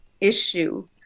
issue